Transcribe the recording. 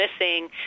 missing